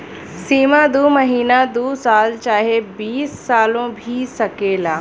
सीमा दू महीना दू साल चाहे बीस सालो भी सकेला